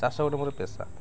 ଚାଷ ଗୋଟେ ମୋର ପେସା